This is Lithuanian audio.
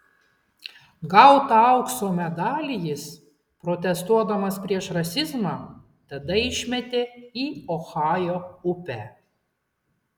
gautą aukso medalį jis protestuodamas prieš rasizmą tada išmetė į ohajo upę